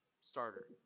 starter